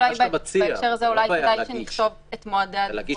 בהקשר הזה אולי כדאי שנכתוב את מועדי הדיווח